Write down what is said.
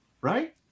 right